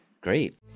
Great